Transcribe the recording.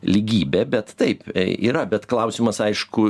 lygybė bet taip yra bet klausimas aišku